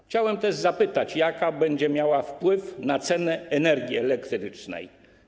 Chciałbym też zapytać, jaki to będzie miało wpływ na cenę energii elektrycznej.